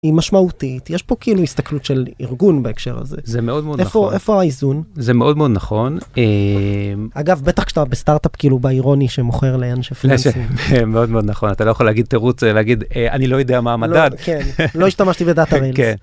היא משמעותית יש פה כאילו הסתכלות של ארגון בהקשר הזה זה מאוד מאוד איפה האיזון זה מאוד מאוד נכון אגב בטח שאתה בסטארט-אפ כאילו באירוני שמוכר לאנשי פלאנסים מאוד מאוד נכון אתה לא יכול להגיד תירוץ להגיד אני לא יודע מה המדד לא השתמשתי בדאטה.